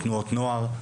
בתנועות נוער.